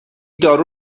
دارو